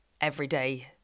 everyday